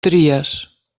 tries